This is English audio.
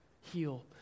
heal